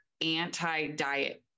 anti-diet